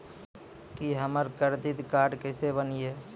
की हमर credit card केसे बनिये?